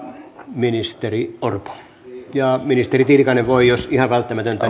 ministeri orpo ja ministeri tiilikainen voi jos ihan välttämätöntä